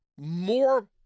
more